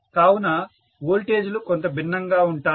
కావున వోల్టేజీలు కొంత భిన్నంగా ఉంటాయి